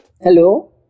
Hello